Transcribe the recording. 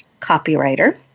copywriter